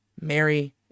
Mary